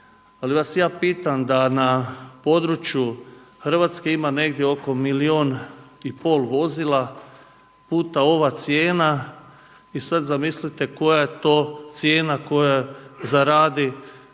ali vas ja pitam da na području Hrvatske ima oko milijun i pol vozila puta ova cijena, i sad zamislite koja je to cijena koju zaradi stanica